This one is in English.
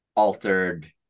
altered